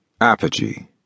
apogee